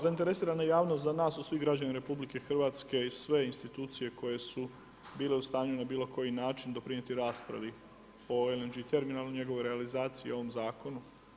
Zainteresirana javnost za nas su svi građani RH i sve institucije koje su bile u stanju na bilo koji način doprinijeti raspravi o LNG terminalu i njegovoj realizaciji o ovom zakonu.